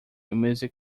music